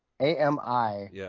A-M-I